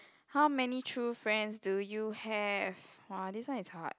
how many true friends do you have !wah! this one is hard